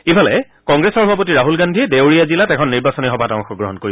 ইফালে কংগ্ৰেছৰ সভাপতি ৰাখল গান্ধীয়ে দেওৰিয়া জিলাত এখন নিৰ্বাচনী সভাত অংশগ্ৰহণ কৰিব